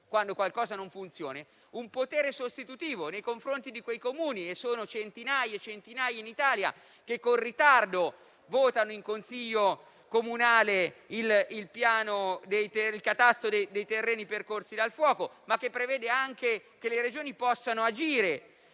quando qualcosa non funziona, un potere sostitutivo nei confronti di quei Comuni (che sono centinaia e centinaia in Italia) che con ritardo votano in Consiglio comunale il catasto dei terreni percorsi dal fuoco. Si prevede anche che le Regioni possano agire,